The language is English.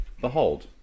Behold